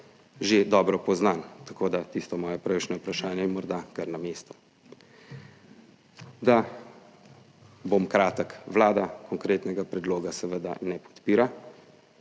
že dobro poznan, tako, da tisto moje prejšnje vprašanje je morda kar na mestu. Da bom kratek, Vlada konkretnega predloga seveda ne podpira,